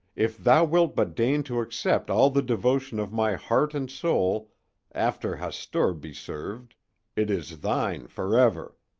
if thou wilt but deign to accept all the devotion of my heart and soul after hastur be served it is thine forever.